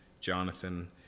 Jonathan